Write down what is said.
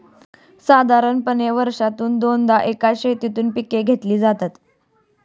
साधारणपणे वर्षातून दोनदा एकाच शेतातून पिके घेतली जातात